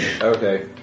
okay